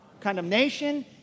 condemnation